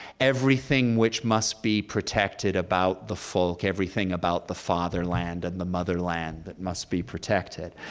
everything which must be protected about the folk, everything about the fatherland and the motherland that must be protected.